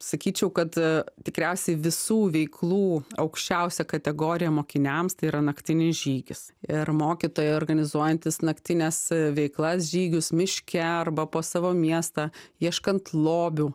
sakyčiau kad a tikriausiai visų veiklų aukščiausią kategoriją mokiniams tai yra naktinis žygis ir mokytojai organizuojantys naktines veiklas žygius miške arba po savo miestą ieškant lobių